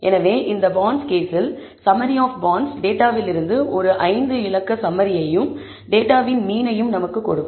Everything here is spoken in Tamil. எனவே இந்த பாண்ட்ஸ் கேஸில் summary சம்மரி ஆப் பாண்ட்ஸ் டேட்டாவில் இருந்து ஒரு 5 எண் சம்மரியையும் டேட்டாவின் மீன் ஐயும் நமக்கு கொடுக்கும்